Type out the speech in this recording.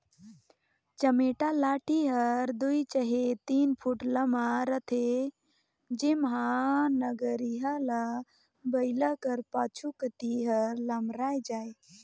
चमेटा लाठी हर दुई चहे तीन फुट लम्मा रहथे जेम्हा नगरिहा ल बइला कर पाछू कती हर लमराए जाए